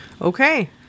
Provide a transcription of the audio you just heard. Okay